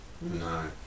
No